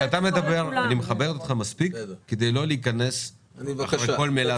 כשאתה מדבר אני מכבד אותך מספיק כדי לא להיכנס אחרי כל מילה שאתה אומר.